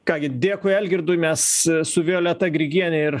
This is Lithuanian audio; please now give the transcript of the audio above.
ką gi dėkui algirdui mes su violeta grigiene ir